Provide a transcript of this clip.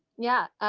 yeah.